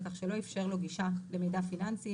על כך שלא איפשר לו גישה למידע פיננסי,